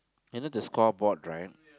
remember the scoreboard right